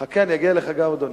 חכה, אני אגיע גם אליך, אדוני.